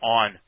on